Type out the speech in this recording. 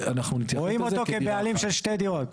רואים אותו כבעלים של שתי דירות.